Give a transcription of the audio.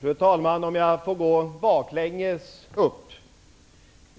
Fru talman! Låt mig gå baklänges: